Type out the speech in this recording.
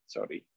Sorry